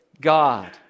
God